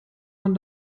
man